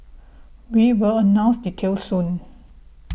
we will announce details soon